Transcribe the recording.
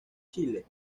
chile